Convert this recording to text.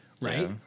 right